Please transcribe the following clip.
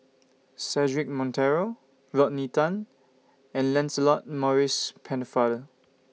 Cedric Monteiro Rodney Tan and Lancelot Maurice Pennefather